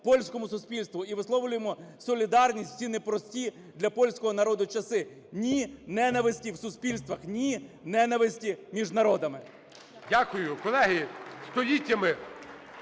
польському суспільству і висловлюємо солідарність в ці непрості для польського народу часи. Ні – ненависті в суспільствах! Ні – ненависті між народами! 14:10:37 ГОЛОВУЮЧИЙ.